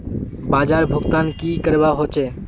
बाजार भुगतान की करवा होचे?